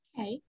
Okay